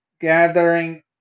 gathering